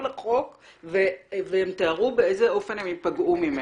לחוק והם תיארו באיזה אופן הם עלולים להיפגע ממנו.